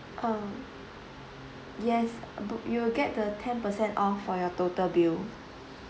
uh yes bu~ you will get the ten percent off for your total bill